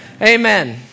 Amen